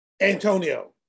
Antonio